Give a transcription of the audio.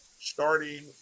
starting